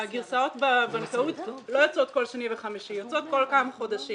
הגרסאות בבנקאות לא יוצאות כל שני וחמישי אלא יוצאות כל כמה חודשים